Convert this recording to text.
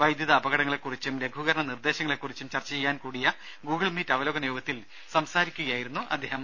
വൈദ്യുത അപകടങ്ങളെക്കുറിച്ചും ലഘൂകരണ നിർദേശങ്ങളെക്കുറിച്ചും ചർച്ച ചെയ്യാൻ കൂടിയ ഗൂഗിൾ മീറ്റ് അവലോകന യോഗത്തിൽ സംസാരിക്കുകയായിരുന്നു അദ്ദേഹം